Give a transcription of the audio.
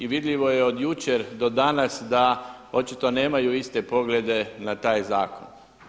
I vidljivo je od jučer do danas da očito nemaju iste poglede na taj zakon.